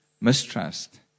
mistrust